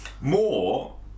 more